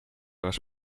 was